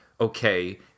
okay